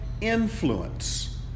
influence